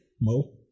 Mo